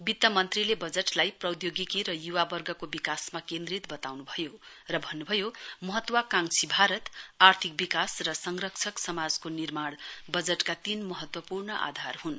वित्त मन्त्रीले बजटलाई प्रौद्योगिकी र युवावर्गको विकासमा केन्द्रित बताउनु भयो र भन्नु भयो महत्वकांक्षी भारतआर्थिक विकास र संरक्षक समाजको निर्माण बजटमा तीन महत्वपूर्ण आधार हुन्